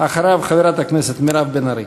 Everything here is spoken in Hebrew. אחריו, חברת הכנסת מירב בן ארי.